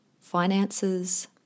finances